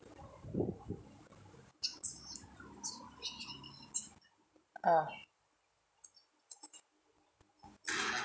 uh